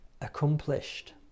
accomplished